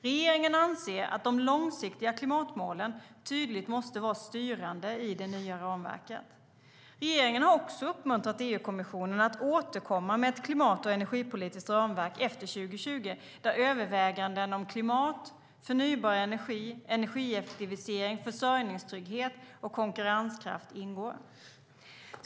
Regeringen anser att de långsiktiga klimatmålen tydligt måste vara styrande i det nya ramverket Regeringen har också uppmuntrat EU kommissionen att återkomma med ett klimat och energipolitiskt ramverk efter 2020 där överväganden om klimat, förnybar energi, energieffektivisering, försörjningstrygghet och konkurrenskraft ingår.